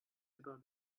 about